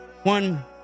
One